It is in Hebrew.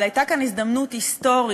אבל הייתה כאן הזדמנות היסטורית,